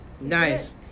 Nice